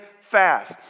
fast